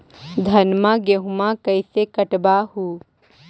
धाना, गेहुमा कैसे कटबा हू?